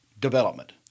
development